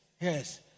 Yes